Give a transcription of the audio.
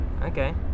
Okay